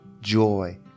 joy